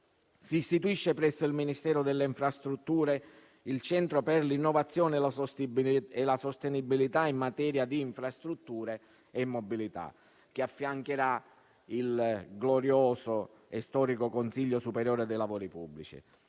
Si istituisce presso il Ministero delle infrastrutture e della mobilità sostenibili il Centro per l'innovazione e la sostenibilità in materia di infrastrutture e mobilità, che affiancherà il glorioso e storico Consiglio superiore dei lavori pubblici.